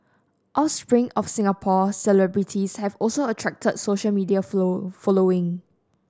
offspring of Singapore celebrities have also attracted social media follow following